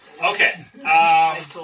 Okay